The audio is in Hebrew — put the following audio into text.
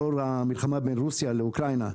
לאור המלחמה בין רוסיה לאוקראינה,